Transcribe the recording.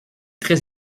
très